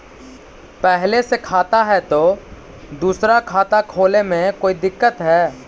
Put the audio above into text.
पहले से खाता है तो दूसरा खाता खोले में कोई दिक्कत है?